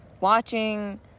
Watching